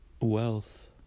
Wealth